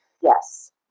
Yes